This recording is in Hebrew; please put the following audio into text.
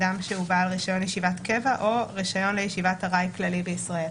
אדם שהוא בעל רישיון לישיבת קבע או רישיון לישיבת ארעי כללי בישראל.